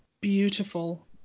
beautiful